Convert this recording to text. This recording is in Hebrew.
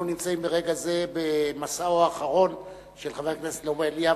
אנחנו נמצאים ברגע זה במסעו האחרון של חבר הכנסת לובה אליאב,